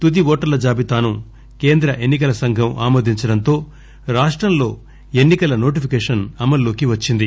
తుది ఓటర్ల జాబితాను కేంద్ర ఎన్పి కల సంఘం ఆమోదించడం తో రాష్టం లో ఎన్పి కల నోటిఫికేషన్ అమలులోకి వచ్చింది